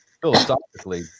philosophically